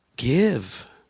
give